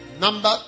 Number